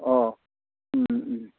অঁ